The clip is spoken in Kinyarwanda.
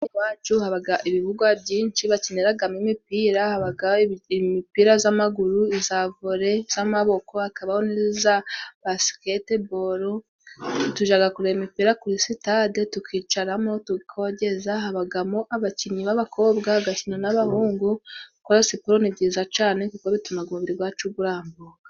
Ibacu haba ibibuga byinshi bakiniragamo imipira, habaga imipira z'amaguru, za vore z'amaboko, hakabaho niza basiketiboro, tujaga kureba imipira kuri sitade tukicaramo tukogeza habagamo abakinnyi, b'abakobwa agakina ,n'abahungu twa siporone byiza cane kuko bituma umubiri gwacu gurambuka.